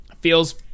Feels